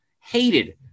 hated